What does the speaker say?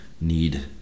need